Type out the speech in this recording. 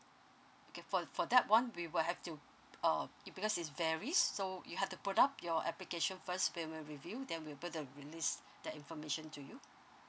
okay for for that one we will have to uh it because it varies so you have to put up your application first we will review then we will be able to release that information to you